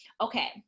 okay